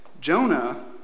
Jonah